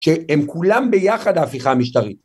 שהם כולם ביחד ההפיכה המשטרית